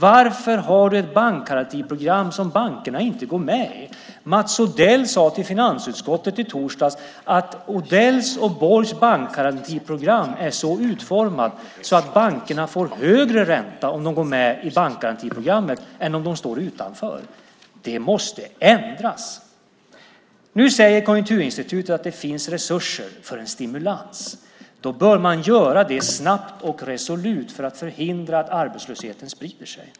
Varför har du ett bankgarantiprogram som bankerna inte går med i? Mats Odell sade i torsdags till finansutskottet att Odells och Borgs bankgarantiprogram är så utformat att bankerna får högre ränta om de går med i bankgarantiprogrammet än om de står utanför. Det måste ändras! Nu säger Konjunkturinstitutet att det finns resurser för en stimulans. Då bör man ge en sådan snabbt och resolut för att förhindra att arbetslösheten sprider sig.